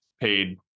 paid